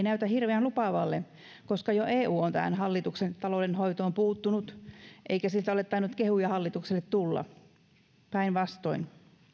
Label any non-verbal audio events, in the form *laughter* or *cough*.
*unintelligible* näytä hirveän lupaavalle koska jo eu on tähän hallituksen taloudenhoitoon puuttunut eikä siltä ole tainnut kehuja hallitukselle tulla päinvastoin